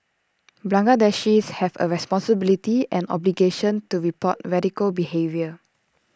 Bangladeshis have A responsibility and obligation to report radical behaviour